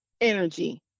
energy